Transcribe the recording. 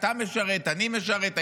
אתה משרת, אני משרת.